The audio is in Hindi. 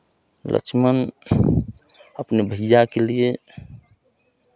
लक्ष्मण अपने भैया के लिए